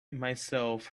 myself